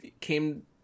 came